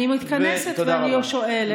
אני מתכנסת ואני שואלת.